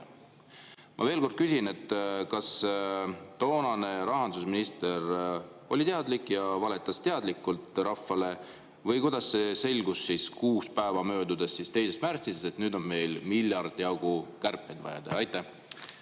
Ma veel kord küsin: kas toonane rahandusminister oli teadlik ja valetas teadlikult rahvale? Või kuidas see selgus siis tuli kuue päeva möödudes 2. märtsist, et nüüd on meil miljardi jagu kärpeid vaja teha?